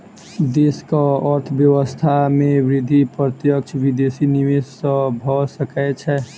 देश के अर्थव्यवस्था के वृद्धि प्रत्यक्ष विदेशी निवेश सॅ भ सकै छै